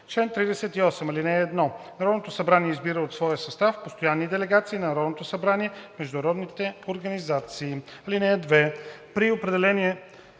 „Чл. 38. (1) Народното събрание избира от своя състав постоянните делегации на Народното събрание в международните организации. (2) При определяне